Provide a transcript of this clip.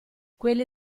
quelli